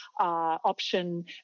option